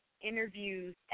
interviews